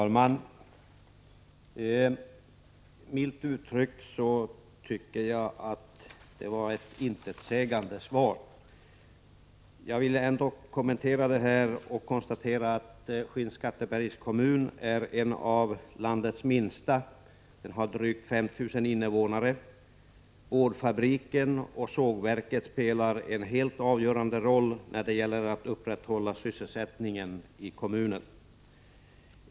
Fru talman! Milt uttryckt tycker jag det var ett intetsägande svar. Jag vill ändå kommentera frågan och konstatera att Skinnskattebergs kommun är en av landets minsta. Den har drygt 5 000 invånare. Boardfabri ken och sågverket spelar en helt avgörande roll när det gäller att upprätthålla sysselsättningen i kommunen.